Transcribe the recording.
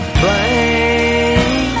blame